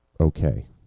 okay